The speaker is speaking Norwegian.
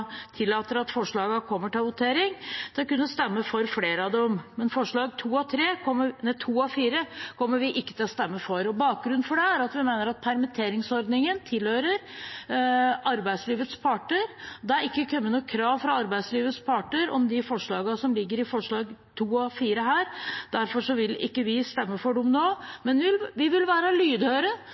kommer vi til å kunne stemme for flere av dem. Forslagene nr. 2 og 4 kommer vi ikke til å stemme for. Bakgrunnen for det er at vi mener at permitteringsordningen tilhører arbeidslivets parter. Det er ikke kommet noen krav fra arbeidslivets parter om det som ligger i forslagene nr. 2 og 4 her. Derfor vil ikke vi stemme for dem nå, men vi vil være lydhøre